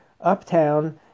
uptown